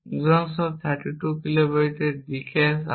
উদাহরণস্বরূপ 32 কিলোবাইটের D cache আকার